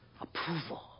Approval